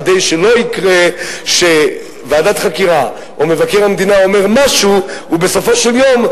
כדי שלא יקרה שוועדת חקירה או מבקר המדינה אומר משהו ובסופו של יום,